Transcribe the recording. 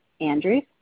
Andrews